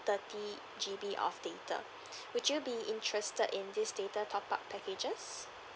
thirty G_B of data would you be interested in this data top up packages